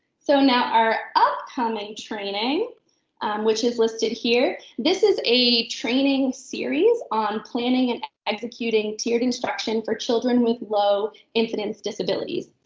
so now our upcoming training which is listed here, this is a training series on planning and executing tiered instruction for children with low incidence disabilities.